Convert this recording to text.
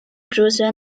rosa